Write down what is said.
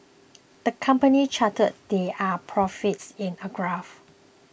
the company charted their profits in a graph